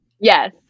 yes